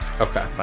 Okay